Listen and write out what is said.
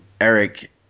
Eric